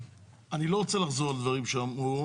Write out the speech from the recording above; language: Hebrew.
אני לא רוצה לחזור על דברים שאמרו.